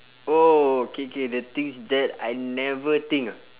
oh K K the things that I never think ah